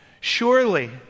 surely